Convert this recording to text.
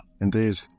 Indeed